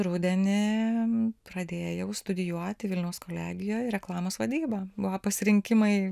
rudenį pradėjau studijuoti vilniaus kolegijoj reklamos vadybą buvo pasirinkimai